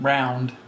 Round